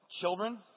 children